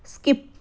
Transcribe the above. skip